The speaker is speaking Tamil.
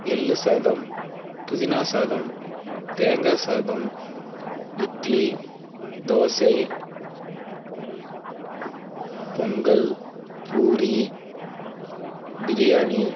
எள் சாதம் புதினா சாதம் தேங்காய் சாதம் இட்லி தோசை பொங்கல் பூரி பிரியாணி